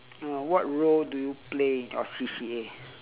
what role do you play in your C_C_A